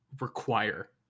require